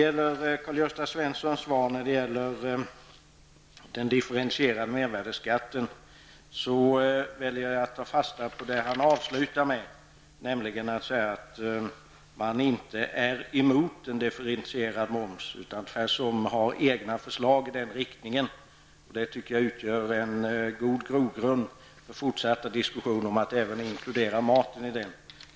I Karl-Gösta Svensons svar rörande den differentierade mervärdeskatten väljer jag att ta fasta på det han avslutar med, nämligen att man inte är emot en differentierad moms, utan tvärtom har egna förslag i den riktningen. Det tycker jag utgör en god grogrund för fortsatta diskussioner om att även inkludera maten.